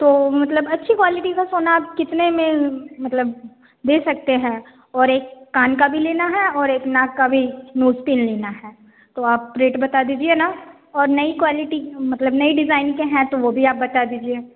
तो मतलब अच्छी क्वालिटी का सोना आप कितने में मतलब दे सकते हैं और एक कान का भी लेना है और एक नाक का भी नोज़ पिन लेना है तो आप रेट बता दीजिए ना और नई क्वालिटीक मतलब नई डिज़ाइन के हैं तो वह भी आप बता दीजिए